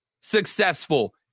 successful